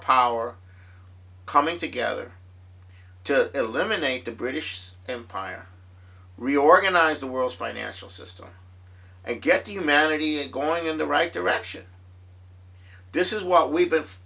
power coming together to eliminate the british empire reorganize the world's financial system and get humanity and going in the right direction this is what we believe